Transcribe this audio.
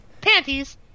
Panties